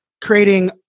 creating